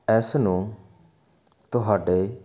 ਇਸ ਨੂੰ ਤੁਹਾਡੇ